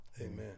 Amen